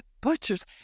Butchers